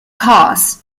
cars